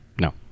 No